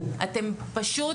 אתם פשוט